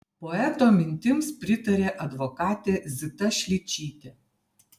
poeto mintims pritarė advokatė zita šličytė